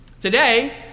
Today